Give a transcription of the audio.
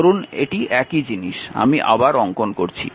ধরুন এটি একই জিনিস আমি আবার অঙ্কন করছি